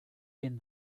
bien